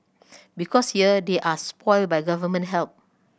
because here they are spoilt by Government help